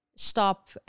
stop